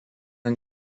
ant